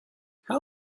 how